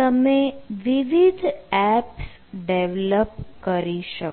તમે વિવિધ apps develop કરી શકો